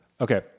Okay